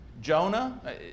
Jonah